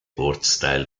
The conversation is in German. ortsteil